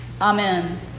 Amen